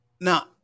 Now